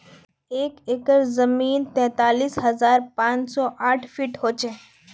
एक एकड़ जमीन तैंतालीस हजार पांच सौ साठ वर्ग फुट हो छे